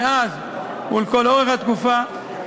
מאז ולכל אורך התקופה,